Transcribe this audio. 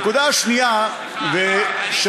סליחה, סליחה, אני קראתי דברים ספציפיים.